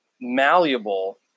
malleable